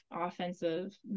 offensive